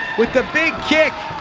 with the big kick